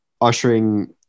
ushering